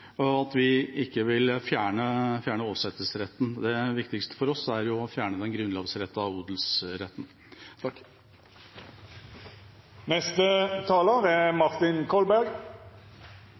og vi vil ikke fjerne åsetesretten. Det viktigste for oss er å fjerne den grunnlovfestede odelsretten. Landbruket vårt er en juvel i det norske samfunnet. Landbruket er